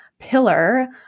Pillar